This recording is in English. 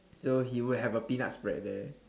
so he would have a peanut spread there